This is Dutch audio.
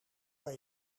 kan